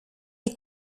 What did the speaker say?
est